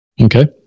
Okay